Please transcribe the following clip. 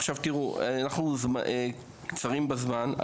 עכשיו, תראו, אנחנו קצרים בזמן.